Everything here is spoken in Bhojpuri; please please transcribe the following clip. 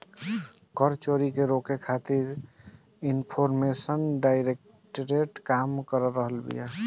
कर चोरी के रोके खातिर एनफोर्समेंट डायरेक्टरेट काम कर रहल बिया